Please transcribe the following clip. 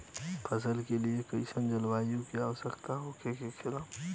फसल के लिए कईसन जलवायु का आवश्यकता हो खेला?